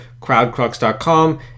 CrowdCrux.com